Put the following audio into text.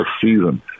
season